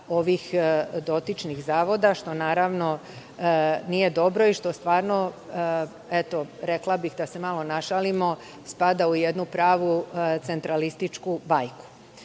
ovih dotičnih zavoda, što naravno nije dobro i što stvarno, rekla bih, da se malo našalimo, spada u jednu pravu centralističku bajku. Što